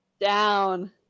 down